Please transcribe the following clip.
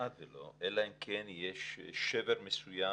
אלא אם כן יש שבר מסוים